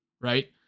right